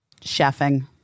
chefing